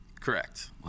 Correct